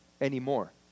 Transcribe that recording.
anymore